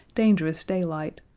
dangerous daylight,